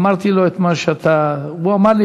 אמרתי לו את מה שאתה אמרת והוא אמר לי